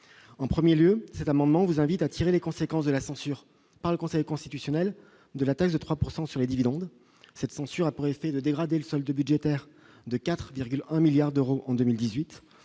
En premier lieu, cet amendement vous invite à tirer les conséquences de la censure par le Conseil constitutionnel de la taxe de 3 % sur les dividendes, censure qui a pour effet de dégrader le solde budgétaire de 4,1 milliards d'euros en 2018.